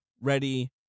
ready